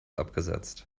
abgesetzt